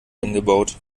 angebaut